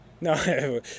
No